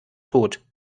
tot